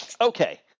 Okay